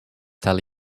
tell